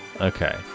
Okay